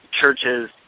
churches